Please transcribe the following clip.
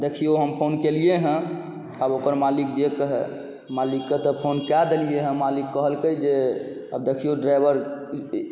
देखिऔ हम फोन केलिए हँ आब ओकर मालिक जे कहै मालिकके तऽ फोन कऽ देलिए हँ मालिक कहलकै जे आब देखिऔ ड्राइवर